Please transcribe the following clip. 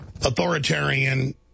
authoritarian